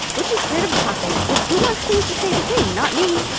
we're too scared of apocalypse. like who wants things to stay the same? not me.